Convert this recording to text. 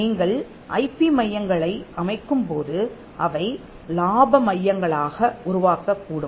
நீங்கள் ஐபி மையங்களை அமைக்கும்போது அவை இலாப மையங்களாக உருவாகக்கூடும்